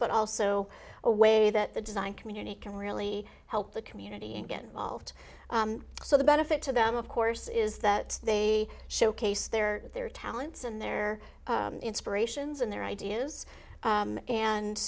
but also a way that the design community can really help the community and get involved so the benefit to them of course is that they showcase their their talents and their inspirations and their ideas